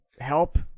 help